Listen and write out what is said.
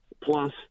Plus